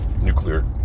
nuclear